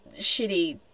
shitty